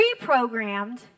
reprogrammed